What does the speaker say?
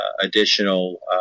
additional